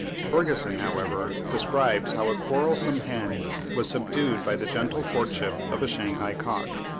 ferguson, however, describes how a quarrelsome hen was subdued by the gentle courtship of a shanghai cock.